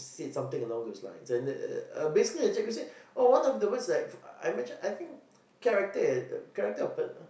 said something along those lines and then uh uh basically the cikgu said oh one of the words like I mention I think character character or pe~